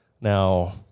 Now